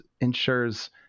ensures